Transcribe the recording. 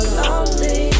lonely